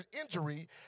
injury